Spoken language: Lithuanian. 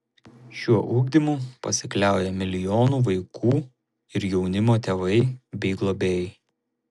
šiuo ugdymu pasikliauja milijonų vaikų ir jaunimo tėvai bei globėjai